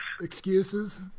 excuses